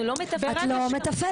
אנחנו לא מתפעלים --- את לא מתפעלת,